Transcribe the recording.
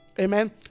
amen